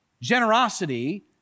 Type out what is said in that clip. Generosity